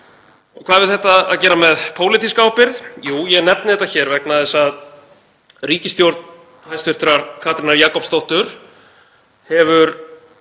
Hvað hefur þetta að gera með pólitíska ábyrgð? Jú, ég nefni þetta hér vegna þess að hæstv. ríkisstjórn Katrínar Jakobsdóttur hefur